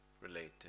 related